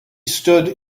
stood